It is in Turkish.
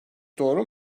doğru